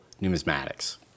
numismatics